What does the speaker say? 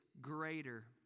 greater